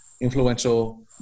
influential